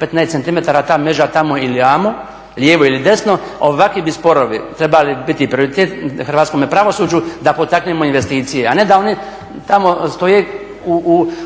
15 centimetara ta međa tamo ili amo, lijevo ili desno, ovakvi bi sporovi trebali biti prioritet Hrvatskome pravosuđu da potaknemo investicije. A ne da one tamo stoje